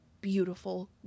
beautiful